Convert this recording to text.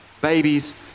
babies